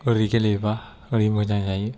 ओरै गेलेयोबा ओरै मोजां जायो